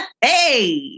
Hey